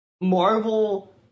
Marvel